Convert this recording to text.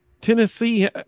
Tennessee